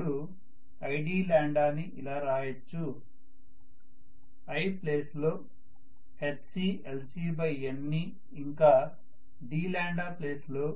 ఇప్పుడు id ని ఇలా రాయొచ్చు i ప్లేస్ లో HclcN ని ఇంకా d ప్లేస్ లో